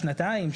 שנתיים,